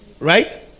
Right